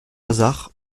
hasard